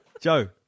Joe